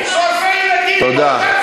D9, שורפי ילדים, תודה.